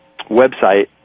website